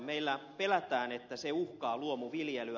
meillä pelätään että se uhkaa luomuviljelyä